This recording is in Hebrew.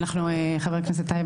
חבר הכנסת טייב,